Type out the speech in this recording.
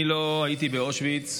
אני לא הייתי באושוויץ,